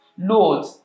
Lord